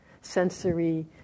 sensory